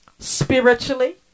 spiritually